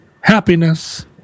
happiness